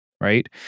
right